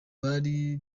bari